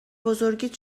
بزرگیت